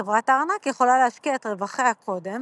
חברת הארנק יכולה להשקיע את רווחיה קודם